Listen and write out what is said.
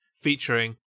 Featuring